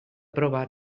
prova